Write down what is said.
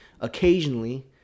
occasionally